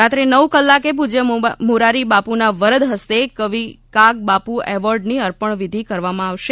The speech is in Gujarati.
રાત્રે નવ કલાકે પૂજ્ય મોરારીબાપુના વરદ હસ્તે કવિ કાગબાપુ એવોર્ડની અર્પણ વિધિ કરવામાં આવશે